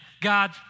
God